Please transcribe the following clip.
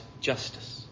justice